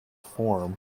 form